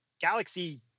Galaxy